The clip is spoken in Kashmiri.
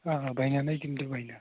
آ بَنن ہَے تِم تہِ بَنن